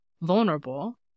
vulnerable